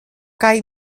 kaj